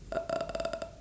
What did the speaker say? uh